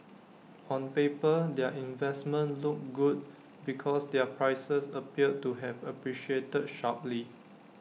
on paper their investments look good because their prices appeared to have appreciated sharply